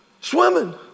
swimming